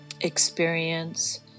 experience